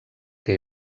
que